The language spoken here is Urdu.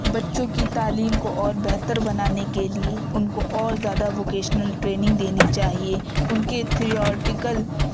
بچوں کی تعلیم کو اور بہتر بنانے کے لیے ان کو اور زیادہ وکیشنل ٹریننگ دینی چاہیے ان کے تھیوریٹیکل